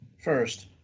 first